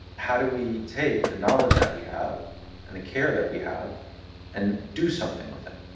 how do we take the knowledge that we have and the care that we have and do something with it?